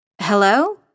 Hello